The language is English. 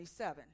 27